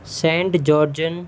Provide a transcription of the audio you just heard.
Saint జోర్జన్